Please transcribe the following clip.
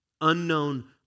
unknown